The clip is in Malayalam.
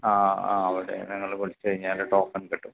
ആ ആ അവിടെ നിങ്ങൾ വിളിച്ച് കഴിഞ്ഞാൽ ടോക്കൺ കിട്ടും